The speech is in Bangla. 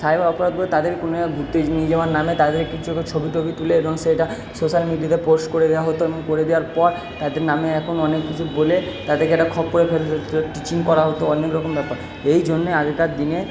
সাইবার অপরাধগুলো তাদের কোনো ঘুরতে নিয়ে যাওয়ার নামে তাদেরকে কিছু ছবি টবি তুলে এবং সেটা সোশ্যাল মিডিয়াতে পোস্ট করে দেওয়া হতো এবং করে দেওয়ার পর তাদের নামে এখন অনেক কিছু বলে তাদেরকে একটা খপ্পরে চিটিং করা হতো অনেক রকম ব্যাপার এই জন্যে আগেকার দিনে